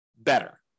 better